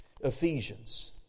Ephesians